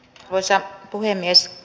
arvoisa puhemies